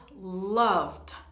loved